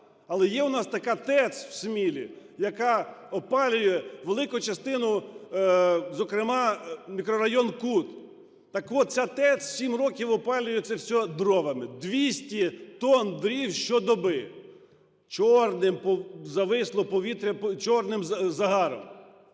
Але є у нас така ТЕЦ в Смілі, яка опалює велику частину зокрема мікрорайон Кут. Так от ця ТЕЦ 7 років опалює це все дровами, 200 тонн дров щодоби. Чорним зависло повітря, чорним загаром.